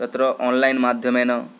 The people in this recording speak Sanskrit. तत्र आन्लैन् माध्यमेन